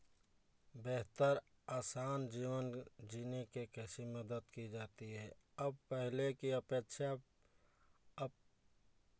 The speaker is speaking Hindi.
बेहतर आसान जीवन जीने के कैसी मदद की जाती है अब पहले की अपेक्षा अब